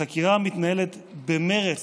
החקירה מתנהלת במרץ,